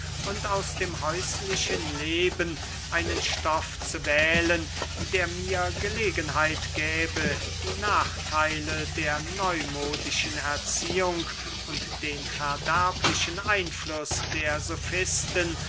und aus dem häuslichen leben einen stoff zu wählen der mir gelegenheit gäbe die nachtheile der neumodischen erziehung und den verderblichen einfluß der sofisten